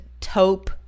Taupe